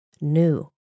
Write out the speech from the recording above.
new